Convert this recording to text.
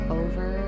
over